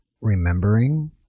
remembering